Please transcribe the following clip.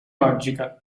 logica